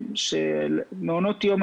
במסגרת שיש בה עד שישה ילדים.